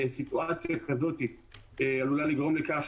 סיטואציה כזו עלולה לגרום לכך,